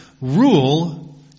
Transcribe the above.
rule